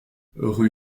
rue